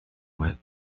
with